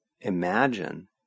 imagine